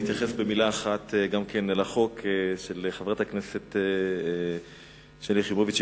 אני אתייחס במלה אחת לחוק של חברת הכנסת שלי יחימוביץ.